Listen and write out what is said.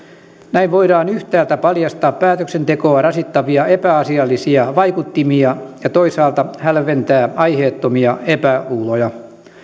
näin voidaan yhtäältä paljastaa päätöksentekoa rasittavia epäasiallisia vaikuttimia ja toisaalta hälventää aiheettomia epäluuloja